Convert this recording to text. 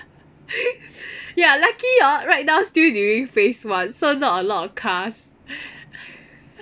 ya lucky hor right now still during phase one so not a lot of cars